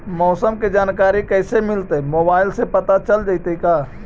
मौसम के जानकारी कैसे मिलतै मोबाईल से पता चल जितै का?